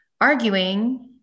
arguing